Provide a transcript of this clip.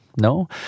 No